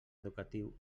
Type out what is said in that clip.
educatiu